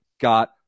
got